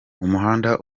umuhanda